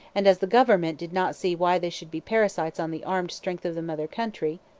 and as the government did not see why they should be parasites on the armed strength of the mother country,